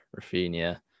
Rafinha